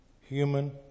human